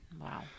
Wow